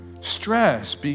stress